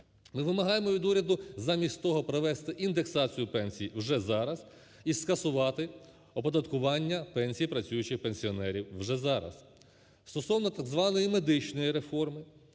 Ми вимагаємо від уряду замість того провести індексацію пенсій уже зараз і скасувати оподаткування пенсій працюючих пенсіонерів вже зараз. Стосовно так званої медичної реформи,